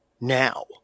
now